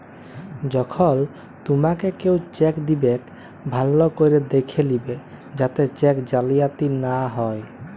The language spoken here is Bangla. যখল তুমাকে কেও চ্যাক দিবেক ভাল্য ক্যরে দ্যাখে লিবে যাতে চ্যাক জালিয়াতি লা হ্যয়